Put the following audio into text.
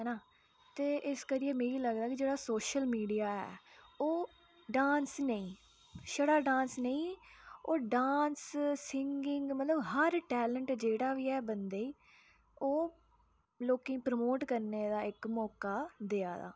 हैना ते इस करियै मी लगदा कि जेह्ड़ा सोशल मीडिया ऐ ओह् डांस नेईं छड़ा डांस नेईं ओह् डांस सिंगिंग मतलब हर टैलंट जेह्ड़ा बी ऐ बंदे गी ओह् लोकें गी प्रमोट करने दा इक मौका देआ दा